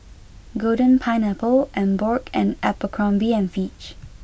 Golden Pineapple Emborg and Abercrombie and Fitch